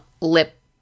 lip